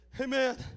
amen